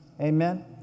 Amen